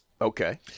Okay